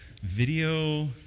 Video